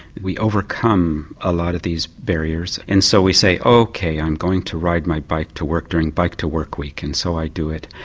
we overcome a lot of these barriers and so we say ok, i'm going to ride my bike to work during bike to work week and so i do it.